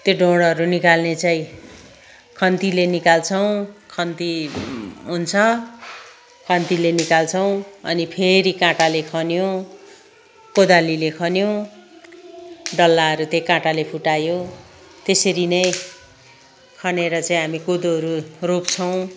त्यो ढोडहरू निकाल्ने चाहिँ खन्तीले निकाल्छौँ खन्ती हुन्छ खन्तीले निकाल्छौँ अनि फेरि काँटाले खन्यो कोदालीले खन्यो डल्लाहरू त्यही काँटाले फुटायो त्यसरी नै खनेर चाहिँ हामी कोदोहरू रोप्छौँ